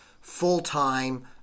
full-time